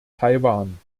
taiwan